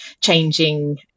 changing